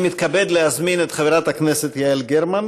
אני מתכבד להזמין את חברת הכנסת יעל גרמן